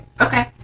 Okay